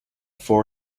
four